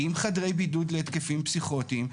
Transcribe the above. עם חדרי בידוד להתקפים פסיכוטיים,